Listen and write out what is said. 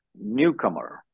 Newcomer